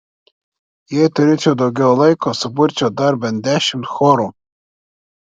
jei turėčiau daugiau laiko suburčiau dar bent dešimt chorų